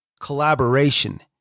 collaboration